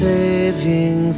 Saving